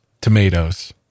tomatoes